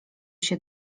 się